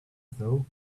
though